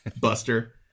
Buster